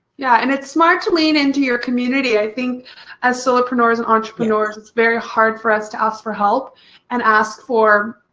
yeah and it's smart to lean into your community i think as solopreneurs and entrepreneurs it's very hard for us to ask for help and ask for,